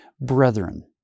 Brethren